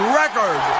record